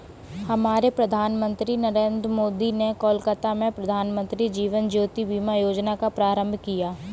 हमारे प्रधानमंत्री नरेंद्र मोदी ने कोलकाता में प्रधानमंत्री जीवन ज्योति बीमा योजना का प्रारंभ किया